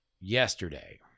yesterday